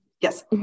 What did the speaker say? Yes